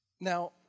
Now